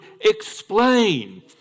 explain